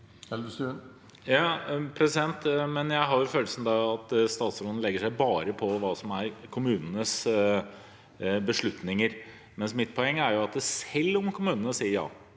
Jeg har følelsen av at statsråden bare legger seg på hva som er kommunenes beslutninger, mens mitt poeng er at selv om kommunene sier ja